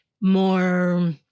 more